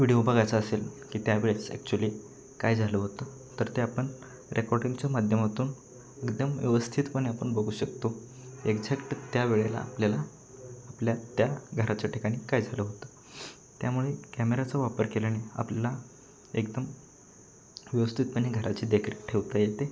video बघायचा असेल की त्यावेळेस ॲक्च्युली काय झालं होतं तर ते आपण रेकॉर्डिंगच्या माध्यमातून एकदम व्यवस्थितपणे आपण बघू शकतो एक्झॅक्ट त्यावेळेला आपल्याला आपल्या त्या घराच्या ठिकाणी काय झालं होतं त्यामुळे कॅमेराचा वापर केल्याने आपल्याला एकदम व्यवस्थितपणे घराची देखरेख ठेवता येते